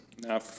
Now